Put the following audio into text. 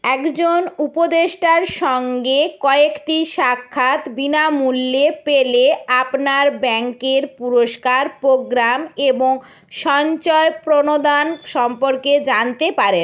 একজন উপদেষ্টার সঙ্গে কয়েকটি সাক্ষাৎ বিনামূল্যে পেলে আপনার ব্যাঙ্কের পুরস্কার পোগ্রাম এবং সঞ্চয় প্রণোদান সম্পর্কে জানতে পারেন